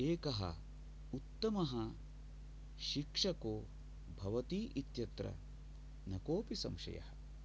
एकः उत्तमः शिक्षको भवति इत्यत्र न कोऽपि संशयः